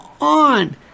on